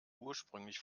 ursprünglich